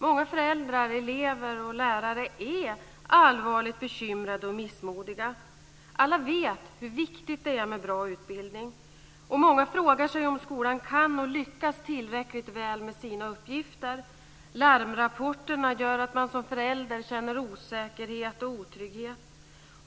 Många föräldrar, elever och lärare är allvarligt bekymrade och missmodiga. Alla vet hur viktigt det är med bra utbildning. Många frågar sig om skolan kan lyckas tillräckligt väl med sina uppgifter. Larmrapporterna gör att man som förälder känner osäkerhet och otrygghet.